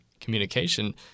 communication